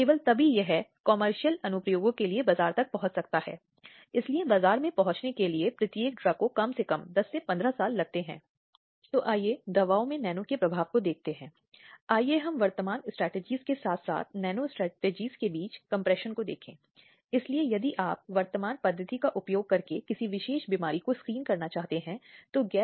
यह गंभीर नुकसान पहुँचाता है या एक महिला के जीवन को खतरे में डालता है या बलात्कार के कारण मौत या सदैव शिथिल अवस्था को विशेष रूप से कानून में शामिल किया गया है